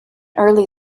early